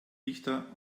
dichter